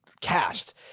cast